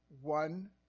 one